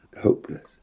Hopeless